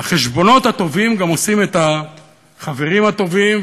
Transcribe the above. החשבונות הטובים עושים את החברים הטובים,